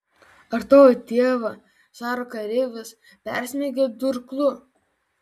ar tavo tėvą caro kareivis persmeigė durklu